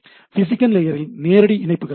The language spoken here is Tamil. பிசிக்கல் லேயரில் நேரடி இணைப்புகள் உள்ளன